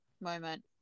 moment